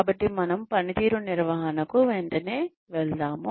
కాబట్టి మనము పనితీరు నిర్వహణకు వెంటనే వెళ్దాము